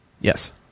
Yes